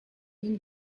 been